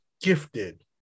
gifted